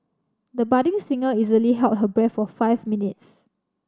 the budding singer easily held her breath for five minutes